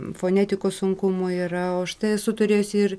fonetikos sunkumų yra o aš tai esu turėjusi ir